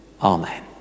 Amen